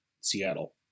seattle